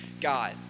God